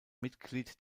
mitglied